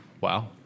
Wow